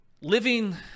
Living